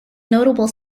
notable